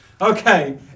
Okay